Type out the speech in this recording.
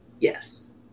Yes